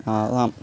அதுதான்